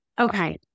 okay